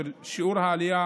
שיעור העלייה